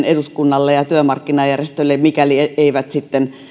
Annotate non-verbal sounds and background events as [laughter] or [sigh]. [unintelligible] eduskunnalle ja työmarkkinajärjestöille mikäli eivät sitten